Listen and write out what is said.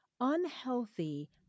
unhealthy